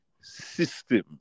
system